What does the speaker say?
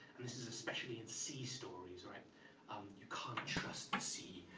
and this is especially in sea stories. you can't trust the sea,